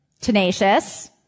tenacious